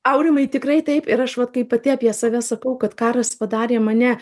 aurimai tikrai taip ir aš vat kai pati apie save sakau kad karas padarė mane